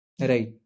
right